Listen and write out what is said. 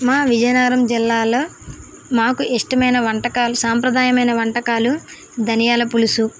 మా విజయనగరం జిల్లాలో మాకు ఇష్టమైన వంటకాలు సాంప్రదాయమైన వంటకాలు ధనియాల పూలుసు